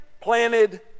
planted